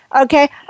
okay